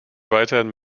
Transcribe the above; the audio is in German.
weiterhin